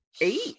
Eight